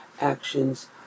actions